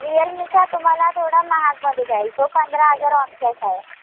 रियलमीचा तुम्हाला थोडा महागमध्ये जाईल तो पंधरा हजार ऑन कॅश आहे